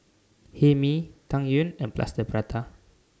Hae Mee Tang Yuen and Plaster Prata